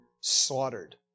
slaughtered